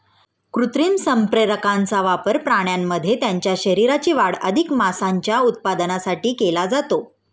कृत्रिम संप्रेरकांचा वापर प्राण्यांमध्ये त्यांच्या शरीराची वाढ अधिक मांसाच्या उत्पादनासाठी केला जातो